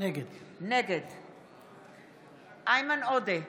נגד איימן עודה,